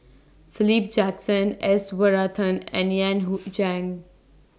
Philip Jackson S Varathan and Yan Hui Chang